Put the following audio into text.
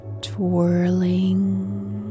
Twirling